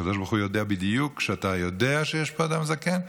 הקדוש ברוך הוא יודע בדיוק שאתה יודע שיש פה אדם זקן,